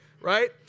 right